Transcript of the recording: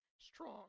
Strong